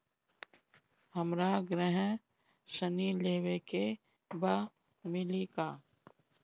हमरा गृह ऋण लेवे के बा मिली का?